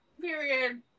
period